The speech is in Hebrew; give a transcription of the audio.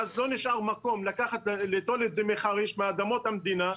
ואז לא נשאר מקום ליטול את זה מאדמות המדינה.